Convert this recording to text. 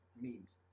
memes